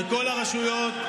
וכל הרשויות,